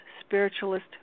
spiritualist